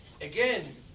again